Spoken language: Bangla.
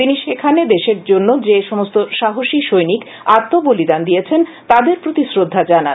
তিনি সেখানে দেশের জন্য যে সমস্ত সাহসী সৈনিক আত্মবলিদান দিয়েছেন তাদের প্রতি শ্রদ্ধা জানান